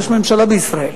יש ממשלה בישראל.